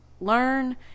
learn